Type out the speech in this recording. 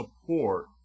support